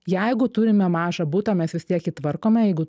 jeigu turime mažą butą mes vis tiek jį tvarkome jeigu